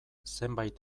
zenbait